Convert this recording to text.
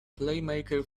playmaker